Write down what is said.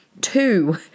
two